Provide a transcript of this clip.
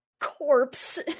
corpse